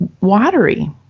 watery